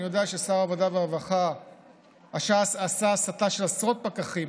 אני יודע ששר העבודה והרווחה עשה הסטה של עשרות פקחים